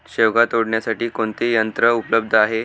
शेवगा तोडण्यासाठी कोणते यंत्र उपलब्ध आहे?